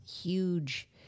huge